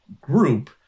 group